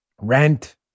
rent